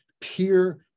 peer